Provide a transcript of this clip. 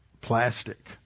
plastic